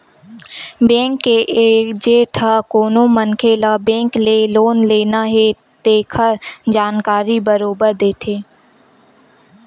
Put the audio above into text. bank के agent ह कोनो मनखे ल बेंक ले लोन लेना हे तेखर जानकारी बरोबर देथे